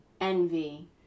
Envy